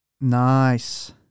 Nice